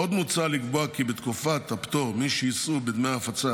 עוד מוצע לקבוע כי בתקופת הפטור מי שיישאו בדמי ההפצה